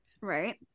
Right